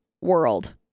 world